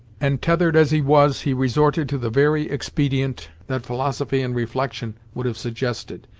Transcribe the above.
and tethered as he was he resorted to the very expedient that philosophy and reflection would have suggested.